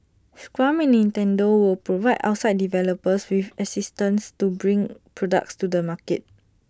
scrum and Nintendo will provide outside developers with assistance to bring products to the market